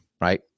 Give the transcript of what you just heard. right